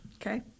Okay